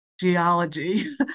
geology